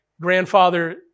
grandfather